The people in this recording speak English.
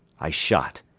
i shot.